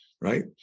right